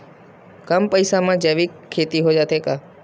कम पईसा मा जैविक खेती हो जाथे का?